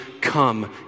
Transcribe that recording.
come